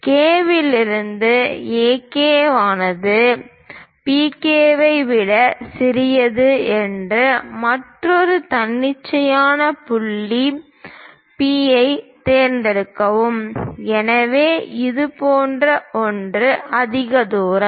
K புள்ளியிலிருந்து AP ஆனது PK ஐ விட சிறியது என்று மற்றொரு தன்னிச்சையான புள்ளி P ஐத் தேர்ந்தெடுக்கவும் எனவே இது போன்ற ஒன்று அதிக தூரம்